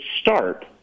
start